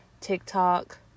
tiktok